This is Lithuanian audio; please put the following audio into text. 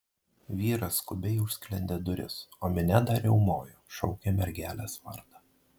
vyras skubiai užsklendė duris o minia dar riaumojo šaukė mergelės vardą